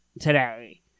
today